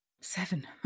Seven